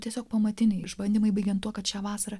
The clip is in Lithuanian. tiesiog pamatiniai išbandymai baigiant tuo kad šią vasarą